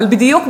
אבל בדיוק,